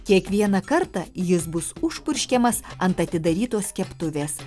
kiekvieną kartą jis bus užpurškiamas ant atidarytos keptuvės